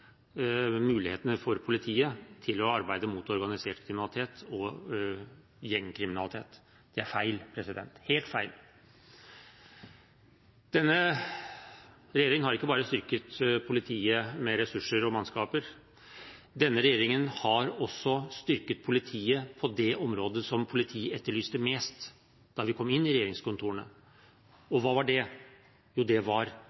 mulighetene for politiet til å arbeide mot organisert kriminalitet og gjengkriminalitet. Det er feil, helt feil. Denne regjeringen har ikke bare styrket politiet med ressurser og mannskaper, denne regjeringen har også styrket politiet på det området som politiet etterlyste mest da vi kom inn i regjeringskontorene. Og hva var det? Jo, det var